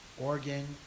organ